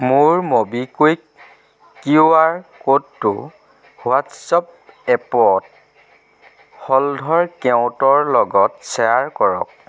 মোৰ MobiKwik QR ক'ডটো WhatsApp এপত হলধৰ কেওটৰ লগত শ্বেয়াৰ কৰক